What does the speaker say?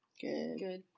Good